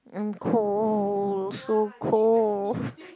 I'm cold so cold